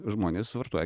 žmonės vartoja